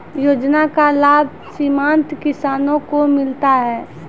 योजना का लाभ सीमांत किसानों को मिलता हैं?